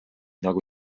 nagu